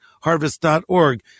harvest.org